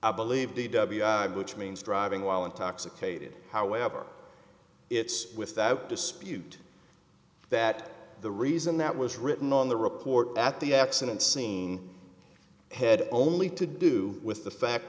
believe which means driving while intoxicated however it's without dispute that the reason that was written on the report at the accident scene head only to do with the fact